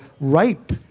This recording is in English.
ripe